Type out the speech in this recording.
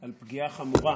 על פגיעה חמורה